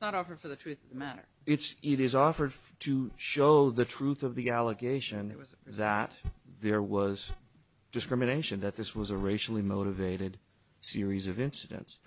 not offered for the truth matter it's either is offered to show the truth of the allegation that was that there was discrimination that this was a racially motivated series of incidents